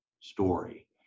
story